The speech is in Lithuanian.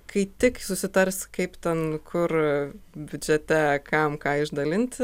kai tik susitars kaip ten kur biudžete kam ką išdalinti